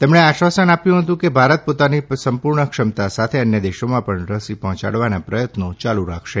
તેમણે આશ્વાસન આપ્યું હતું કે ભારત પોતાની સંપુર્ણ ક્ષમતા સાથે અન્ય દેશોમાં પણ રસી પહોંચાડવાના પ્રયત્નો યાલુ રાખશે